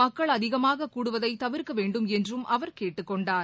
மக்கள் அதிகமாக கூடுவதை தவிர்க்க வேண்டும் என்றும் அவர் கேட்டுக் கொண்டார்